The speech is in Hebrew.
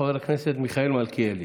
חבר הכנסת מיכאל מלכיאלי.